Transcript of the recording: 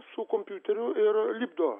su kompiuteriu ir lipdo